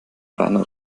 reiner